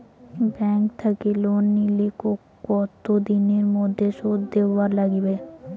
Bank থাকি loan নিলে কতো দিনের মধ্যে শোধ দিবার নাগিবে?